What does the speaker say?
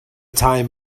time